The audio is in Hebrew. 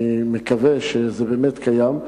אני מקווה שזה באמת קיים.